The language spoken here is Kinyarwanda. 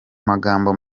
magambo